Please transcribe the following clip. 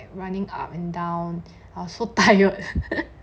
running up and down I was so tired err